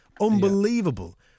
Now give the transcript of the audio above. Unbelievable